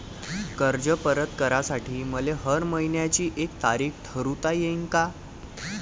कर्ज परत करासाठी मले हर मइन्याची एक तारीख ठरुता येईन का?